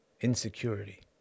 insecurity